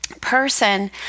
Person